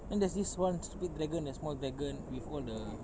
then there's this one stupid dragon and small dragon with all the